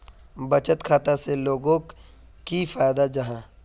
बचत खाता से लोगोक की फायदा जाहा?